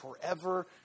forever